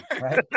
right